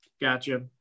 gotcha